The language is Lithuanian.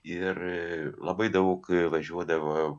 ir labai daug važiuodavo